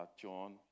John